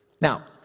Now